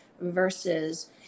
versus